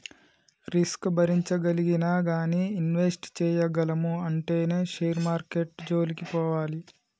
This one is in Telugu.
రిస్క్ భరించగలిగినా గానీ ఇన్వెస్ట్ చేయగలము అంటేనే షేర్ మార్కెట్టు జోలికి పోవాలి